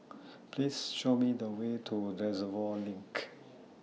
Please Show Me The Way to Reservoir LINK